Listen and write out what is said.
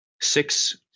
six